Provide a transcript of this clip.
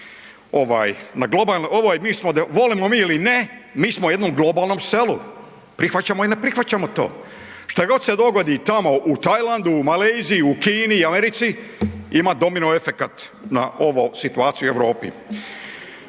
pandemije. Volimo mi ili ne, mi smo u jednom globalnom selu, prihvaćamo ili ne prihvaćamo to. Šta god se dogodit tamo u Tajlandu, u Maleziji, u Kini, Americi, ima domino efekat na ovu situaciju u Europi.